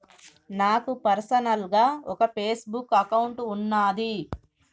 నాకు పర్సనల్ గా ఒక ఫేస్ బుక్ అకౌంట్ వున్నాది